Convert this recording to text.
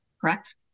correct